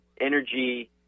energy